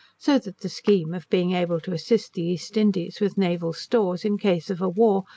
so that the scheme of being able to assist the east indies with naval stores, in case of a war,